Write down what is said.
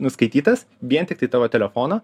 nuskaitytas vien tiktai tavo telefono